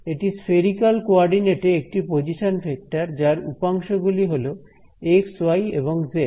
এটি spherical coordinate এ একটি পজিশন ভেক্টর যার উপাংশ গুলি হল এক্স ওয়াই এবং জেড